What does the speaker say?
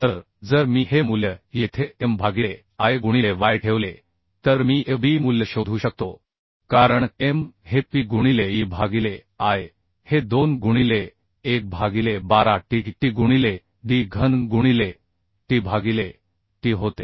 तर जर मी हे मूल्य येथे M भागिले I गुणिले Y ठेवले तर मी F B मूल्य शोधू शकतो कारण M हे P गुणिले E भागिले I हे 2 गुणिले 1 भागिले 12 T T गुणिले D घन गुणिले T भागिले T होते